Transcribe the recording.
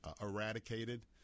eradicated